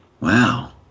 Wow